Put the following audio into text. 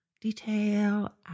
detail